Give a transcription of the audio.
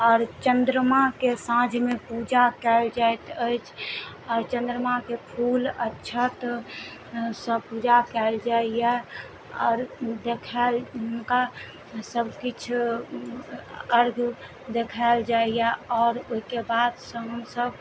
आओर चन्द्रमाके साँझमे पूजा कयल जाइत अछि आओर चन्द्रमाके फूल अक्षत सब पूजा कयल जाइय आओर देखायल हुनका सब किछु अर्घ्य देखाएल जाइया आओर ओहिके बादसँ हमसब